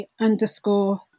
underscore